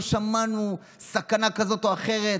ולא שמענו על סכנה כזאת או אחרת.